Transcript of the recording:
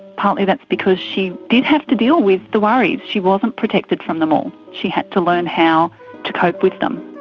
partly that's because she did have to deal with the worries, she wasn't protected from them all, she had to learn how to cope with them.